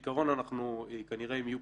נכון, מאיה?